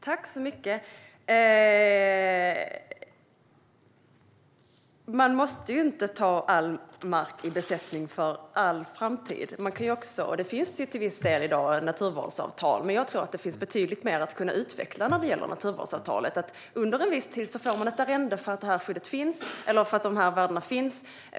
Herr talman! Man måste inte ta all mark i besittning för all framtid. Det finns till viss del i dag naturvårdsavtal. Men jag tror att det finns betydligt mer att utveckla i naturvårdsavtalet. Under en viss tid får man ett arrende för att det här skyddet eller de här värdena finns.